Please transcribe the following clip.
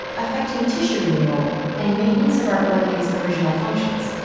affecting tissue renewal and maintenance of our organs original functions.